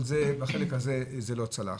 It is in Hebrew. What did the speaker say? אבל בחלק הזה זה לא צלח.